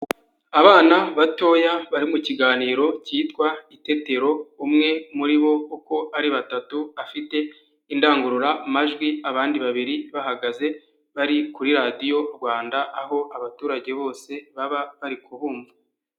Abana batoya bari mu kiganiro cyitwa itetero, umwe muri bo uko ari batatu afite indangururamajwi, abandi babiri bahagaze bari kuri radiyo Rwanda, aho abaturage bose baba bari kubumva.